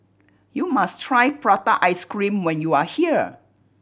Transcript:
you must try prata ice cream when you are here